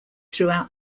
throughout